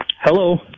Hello